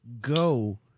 go